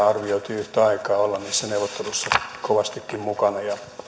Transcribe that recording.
yhtä aikaa olla niissä neuvotteluissa kovastikin mukana